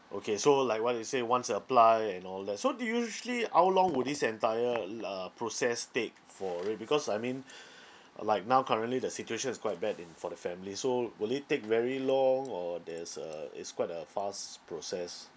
okay so like what you say once you apply and all that so they usually how long would this entire l~ uh process take for it because I mean like now currently the situation is quite bad in for the family so will it take very long or there's a is quite a fast process